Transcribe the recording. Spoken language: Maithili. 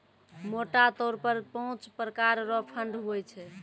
मोटा तौर पर पाँच प्रकार रो फंड हुवै छै